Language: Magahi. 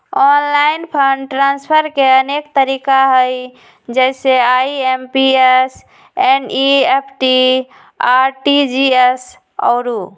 ऑनलाइन फंड ट्रांसफर के अनेक तरिका हइ जइसे आइ.एम.पी.एस, एन.ई.एफ.टी, आर.टी.जी.एस आउरो